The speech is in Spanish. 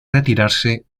retirarse